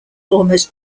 almost